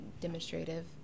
demonstrative